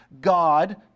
God